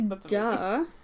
duh